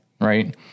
Right